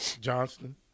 Johnston